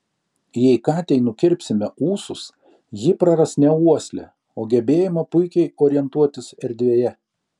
jei katei nukirpsime ūsus ji praras ne uoslę o gebėjimą puikiai orientuotis erdvėje